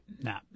No